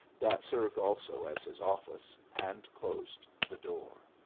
that served also as his office, and closed the door.